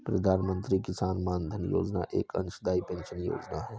प्रधानमंत्री किसान मानधन योजना एक अंशदाई पेंशन योजना है